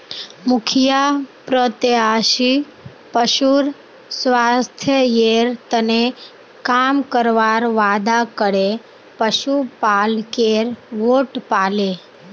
मुखिया प्रत्याशी पशुर स्वास्थ्येर तने काम करवार वादा करे पशुपालकेर वोट पाले